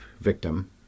victim